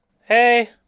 Hey